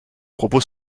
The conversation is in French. propos